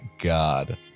God